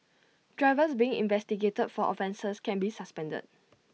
drivers being investigated for offences can be suspended